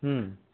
ह्म्